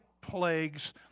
plagues